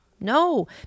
No